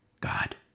God